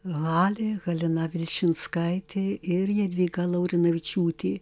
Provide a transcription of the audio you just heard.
halė halina vilčinskaitė ir jadvyga laurinavičiūtė